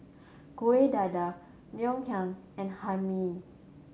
Kueh Dadar Ngoh Hiang and Hae Mee